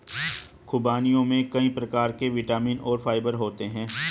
ख़ुबानियों में कई प्रकार के विटामिन और फाइबर होते हैं